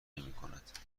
نمیکند